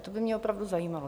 To by mě opravdu zajímalo.